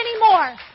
anymore